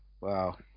Wow